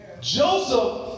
Joseph